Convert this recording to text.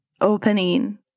opening